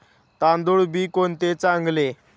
तांदूळ बी कोणते चांगले?